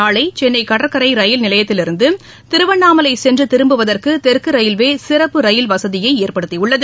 நாளை சென்னை கடற்கரை ரயில் நிலையத்திலிருந்து திருவண்ணாமலை சென்று திரும்புவதற்கு தெற்கு ரயில்வே சிறப்பு ரயில் வசதியை ஏற்படுத்தி தந்துள்ளது